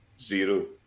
Zero